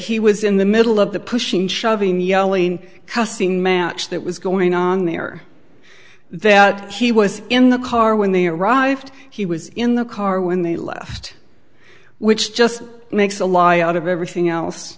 he was in the middle of the pushing and shoving yelling cussing match that was going on there that he was in the car when they arrived he was in the car when they left which just makes a lie out of everything else